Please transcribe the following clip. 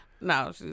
no